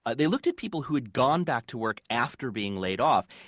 but they looked at people who had gone back to work after being laid off.